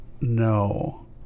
No